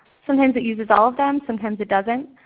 sometimes it uses all of them, sometimes it doesn't.